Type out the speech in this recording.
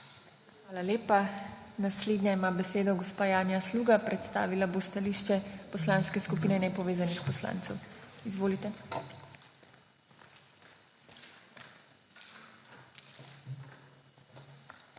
Hvala lepa. Naslednja ima besedo gospa Janja Sluga. Predstavila bo stališče Poslanske skupine nepovezanih poslancev. Izvolite.